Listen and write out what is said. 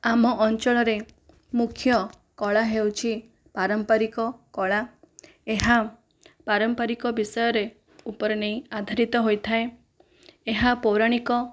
ଆମ ଅଞ୍ଚଳରେ ମୁଖ୍ୟ କଳା ହେଉଛି ପାରମ୍ପାରିକ କଳା ଏହା ପାରମ୍ପାରିକ ବିଷୟରେ ଉପରେ ନେଇ ଆଧାରିତ ହୋଇଥାଏ ଏହା ପୌରାଣିକ